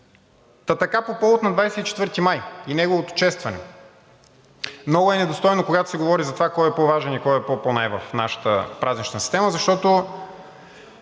Та така по повод на 24 май и неговото честване много е недостойно, когато се говори за това кой е по-важен и кой е по-по-най в нашата празнична система, защото